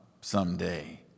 someday